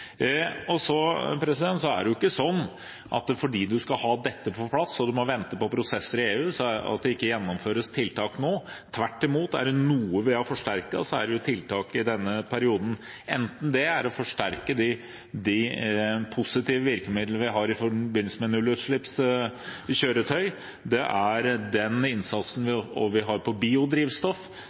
forpliktelsen. Så er det ikke sånn at fordi en skal ha dette på plass og en må vente på prosesser i EU, gjennomføres det ikke tiltak nå. Tvert imot: Er det noe vi har forsterket i denne perioden, er det tiltak, enten det er å forsterke de positive virkemidlene vi har i forbindelse med nullutslippskjøretøy, den innsatsen vi har på biodrivstoff,